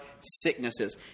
sicknesses